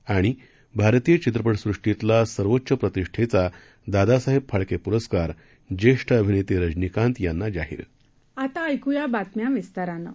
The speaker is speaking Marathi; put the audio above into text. आणि भारतीय चित्रपट सृष्टीतला सर्वोच्च प्रतिष्ठेचा दादासाहेब फाळके पुरस्कार ज्येष्ठ अभिनेते रजनीकांत यांना जाहीर आता ऐक्र्या बातम्या विस्तारानं